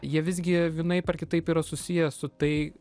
jie visgi vienaip ar kitaip yra susiję su tai